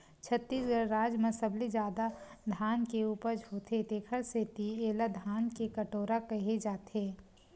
छत्तीसगढ़ राज म सबले जादा धान के उपज होथे तेखर सेती एला धान के कटोरा केहे जाथे